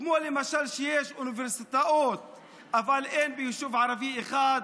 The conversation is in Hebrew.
כמו למשל שיש אוניברסיטאות אבל לא ביישוב ערבי אחד,